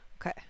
Okay